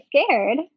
scared